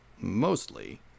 mostly